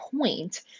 point